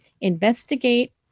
investigate